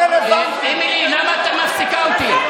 אמילי, למה את מפסיקה אותי?